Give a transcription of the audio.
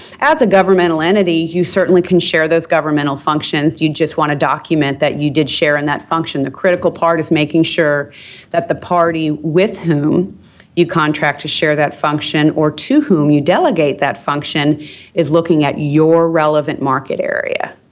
as a governmental entity, you certainly can share those governmental functions. you just want to document that you did share in that function. the critical part is making sure that the party with whom you contract to share that function or to whom you delegate that function is looking at your relevant market area.